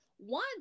one